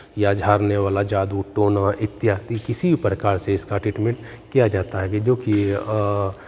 या झाड़ने वाला जादू टोना इत्यादि किसी भी प्रकार से इसका ट्रीटमेंट किया जाता है कि जो कि